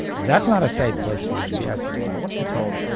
that's not a safe place for you to be. i said well i wasn't told.